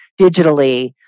digitally